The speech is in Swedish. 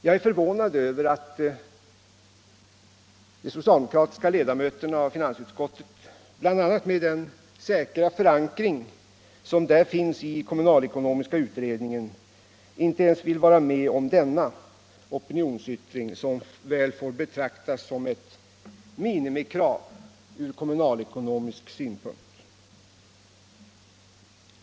Jag är förvånad över att de socialdemokratiska ledamöterna av utskottet, bl.a. med den säkra förankring som där finns i kommunalekonomiska utredningen, inte ens ville vara med om denna opinionsyttring, som väl får betraktas som ett minimikrav ur kommunalekonomisk synpunkt.